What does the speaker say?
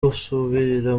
gusubira